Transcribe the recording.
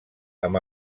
amb